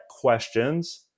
questions